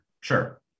Sure